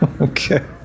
Okay